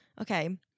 Okay